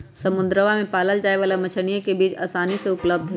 समुद्रवा में पाल्ल जाये वाला मछलीयन के बीज आसानी से उपलब्ध हई